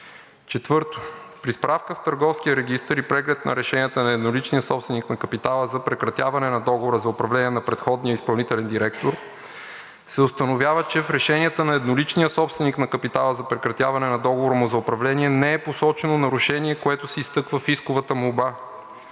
при справка в Търговския регистър и преглед на решенията на едноличния собственик на капитала за прекратяване на договора за управление на предходния изпълнителен директор се установява, че в решенията на едноличния собственик на капитала за прекратяване на договора му за управление не е посочено нарушение, което се изтъква в исковата молба.